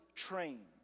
train